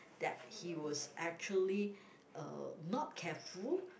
that he was actually uh not careful